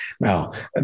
Now